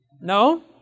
No